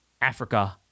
Africa